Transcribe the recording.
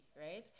right